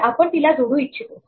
तर आपण तिला जोडू इच्छितो